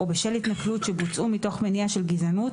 או בשל התנכלות שבוצעו מתוך מניע של גזענות